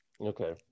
Okay